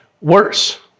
worse